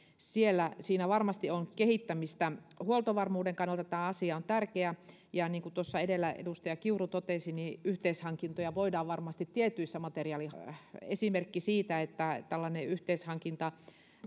siellä siinä varmasti on kehittämistä huoltovarmuuden kannalta tämä asia on tärkeä ja niin kuin tuossa edellä edustaja kiuru totesi yhteishankintoja voidaan varmasti tietyissä materiaalihankinnoissa tehdä meillä on kuitenkin menneisyydessä esimerkki siitä että tällainen yhteishankinta